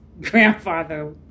grandfather